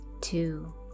two